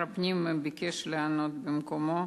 הפנים ביקש לענות במקומו.